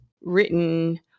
written